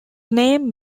name